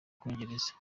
bwongereza